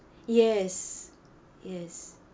yes yes